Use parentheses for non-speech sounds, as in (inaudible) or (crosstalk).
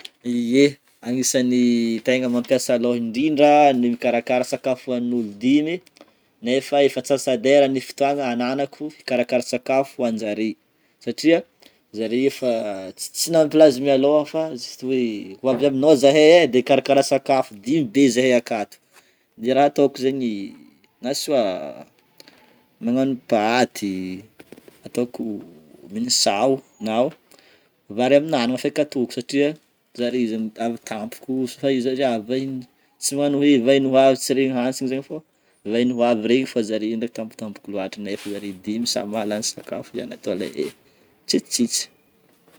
Ye, agnisany tegna mampiasa loha indrindra ny mikarahakaraha sakafo ho an'olo dimy nefa efa antsasa-dera ny fotoagna ananako hikarakara sakafo ho an'jare satria zare efa ts- tsy nampilaza mialoha fa juste hoe ho avy aminao zahay e de karakarao sakafo dimy be zahay akato. De raha ataoko zegnny na soit magnano paty ataoko (hesitation) mine-sao, na o vary amin'anagna feky ataoko satria zare zany avy tampoko, fa i zarea vahiny, tsy magnano hoe vahiny ho avy tsy regny antsigny zegny fô, vahiny ho avy regny fô zare ndray tampotampoko loatra nefa zare dimy samy mahalany sakafo ihany, atao le (hesitation) mitsitsitsy.